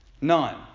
None